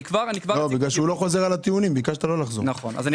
אני מגיע לזה.